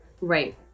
Right